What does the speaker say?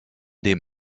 dem